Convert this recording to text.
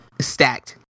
Stacked